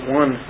one